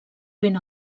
ben